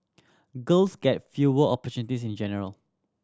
girls get fewer opportunities in general